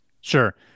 Sure